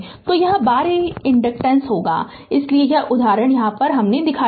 तो यह बाहारी इन्डकटेंसेस में होगा इसीलिए यह उदाहरण लिया गया है